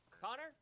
Connor